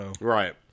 Right